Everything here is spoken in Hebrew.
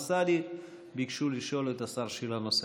סעדי ביקשו לשאול את השר שאלה נוספת.